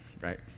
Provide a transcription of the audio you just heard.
right